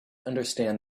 understand